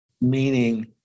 meaning